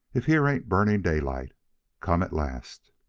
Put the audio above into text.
if here ain't burning daylight come at last